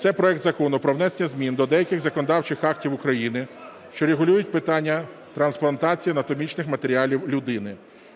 це проект Закону про внесення змін до деяких законодавчих актів України, що регулюють питання трансплантації анатомічних матеріалів людині.